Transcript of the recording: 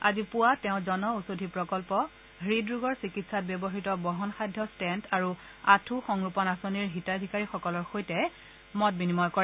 আজি পুৱা তেওঁ জনঔষধি প্ৰকন্ন হৃদ ৰোগৰ চিকিৎসাত ব্যৱহাত বহন সাধ্য ট্টেণ্ট আৰু অঁঠূ সংৰোপণ আঁচনিৰ হিতাধিকাৰীসকলৰ সৈতে মত বিনিময় কৰে